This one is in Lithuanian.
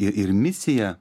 i ir misija